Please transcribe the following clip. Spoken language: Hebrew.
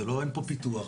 אין פה פיתוח,